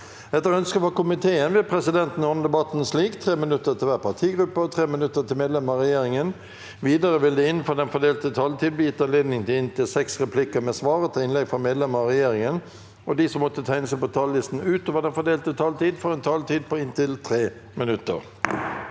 forskningskomiteen vil presidenten ordne debatten slik: 5 minutter til hver partigruppe og 5 minutter til medlemmer av regjeringen. Videre vil det – innenfor den fordelte taletid – bli gitt anledning til inntil seks replikker med svar etter inn legg fra medlemmer av regjeringen, og de som måtte tegne seg på talerlisten utover den fordelte taletid, får en taletid på inntil 3 minutter.